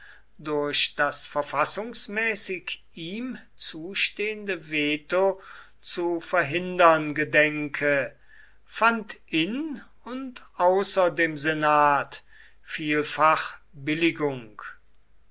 durch das verfassungsmäßig ihm zustehende veto zu verhindern gedenke fand in und außer dem senat vielfach billigung